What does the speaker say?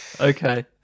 Okay